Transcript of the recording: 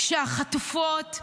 שהחטופות,